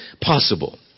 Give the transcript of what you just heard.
possible